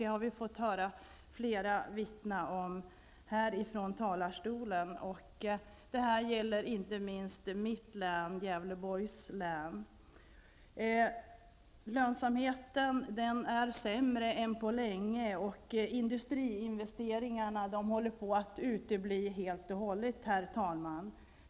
Det har vi hört flera vittna om från talarstolen. Det gäller inte minst mitt län, Gävleborgs län. Lönsamheten är sämre än på länge, och industriinvesteringarna uteblir snart helt och hållet.